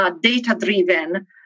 data-driven